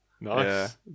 nice